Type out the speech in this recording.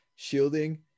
Shielding